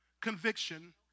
conviction